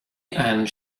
and